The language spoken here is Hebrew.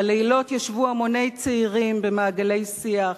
בלילות ישבו המוני צעירים במעגלי שיח,